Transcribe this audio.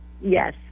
yes